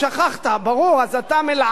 אז אתה מלעלע במלים,